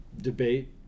debate